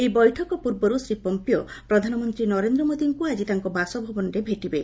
ଏହି ବୈଠକ ପ୍ରର୍ବର୍ ଶ୍ରୀ ପମ୍ପିଓ ପ୍ରଧାନମନ୍ତ୍ରୀ ନରେନ୍ଦ୍ର ମୋଦୀଙ୍କୁ ଆଜି ତାଙ୍କ ବାସଭବନରେ ଭେଟିବେ